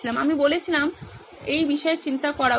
আমি বলেছিলাম আপনার এই বিষয়ে চিন্তা করা উচিত